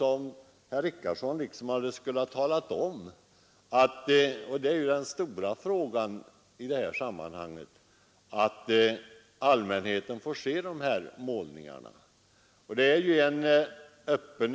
Herr Richardson borde nog ha talat om att allmänheten får se de här målningarna.